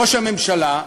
ראש הממשלה,